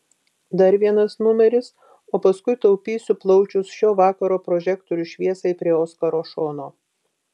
dar vienas numeris o paskui taupysiu plaučius šio vakaro prožektorių šviesai prie oskaro šono